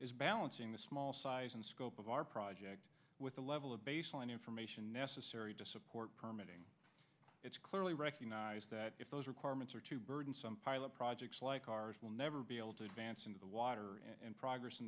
is balancing the small size and scope of our project with the level of baseline information necessary to support permitting it's clearly recognise that if those requirements are too burdensome pilot projects like ours will never be able to advance into the water and progress in